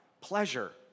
pleasure